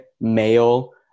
male